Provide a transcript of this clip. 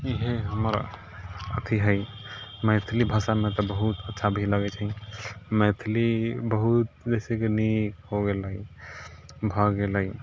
इहे हमर अथी हइ मैथिली भाषामे तऽ बहुत अच्छा भी लगैत छै मैथिली बहुत बेसिकली हो गेलै भए गेलै